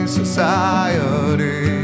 society